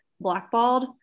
blackballed